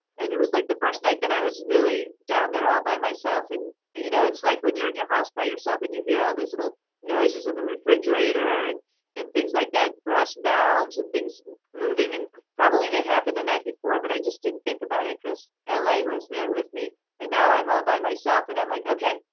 and it was like the first night that i was really down there all by myself. and you know, it's like when you're in your house by yourself and you hear all this little noises in the refrigerator, and and things like that, plus valves and things moving and probably they happened the night before, but i just didn't think about it cause ah la was there with me and now i'm all by myself and i'm like, okay,